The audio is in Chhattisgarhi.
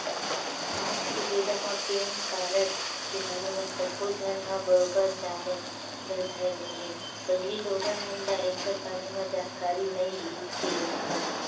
आज के बेरा म पेन कारड के बारे म सब्बो झन ह बरोबर जाने बर धर ले हे पहिली लोगन मन ल ऐखर बारे म जानकारी नइ रिहिस हे ओतका